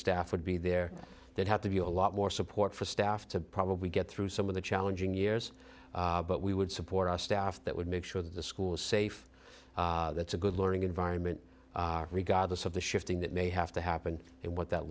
staff would be there that have to be a lot more support for staff to probably get through some of the challenging years but we would support our staff that would make sure that the school safe that's a good learning environment regardless of the shifting that may have to happen and what that